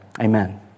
Amen